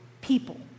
people